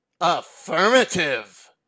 Affirmative